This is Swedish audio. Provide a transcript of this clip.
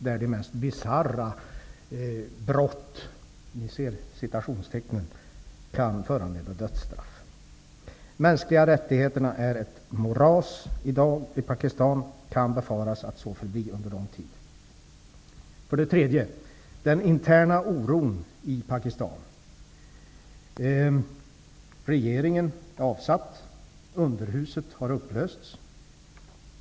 De mest bisarra ''brott'' kan föranleda dödsstraff. De mänskliga rättigheterna utgör i dag ett moras i Pakistan. Det kan befaras att det så förblir under lång tid. Den tredje punkten gäller den interna oron i Pakistan. Regeringen är avsatt. Underhuset har upplösts.